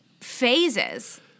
phases